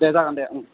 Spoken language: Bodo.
दे जागोन दे